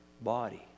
body